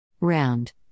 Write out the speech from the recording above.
Round